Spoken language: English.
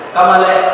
Kamale